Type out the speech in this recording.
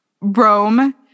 rome